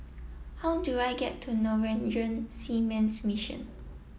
how do I get to Norwegian Seamen's Mission